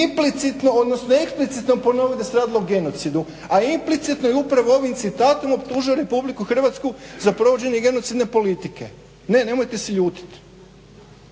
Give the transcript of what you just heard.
implicitno odnosno eksplicitno ponovite da se radilo o genocidu a implicitno upravo ovim citatom optužuje RH za provođenje genocidne politike. Nemojte se ljutiti.